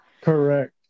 Correct